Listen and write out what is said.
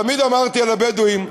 תמיד אמרתי על הבדואים,